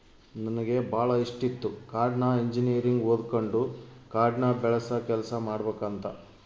ನನಗೆ ಬಾಳ ಇಷ್ಟಿತ್ತು ಕಾಡ್ನ ಇಂಜಿನಿಯರಿಂಗ್ ಓದಕಂಡು ಕಾಡ್ನ ಬೆಳಸ ಕೆಲ್ಸ ಮಾಡಬಕಂತ